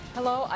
Hello